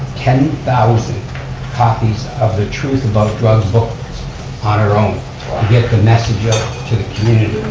ten thousand copies of the truth about drugs book on her own to get the message out to the community.